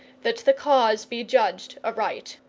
that the cause be judged aright.